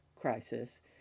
crisis